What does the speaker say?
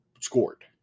scored